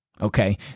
Okay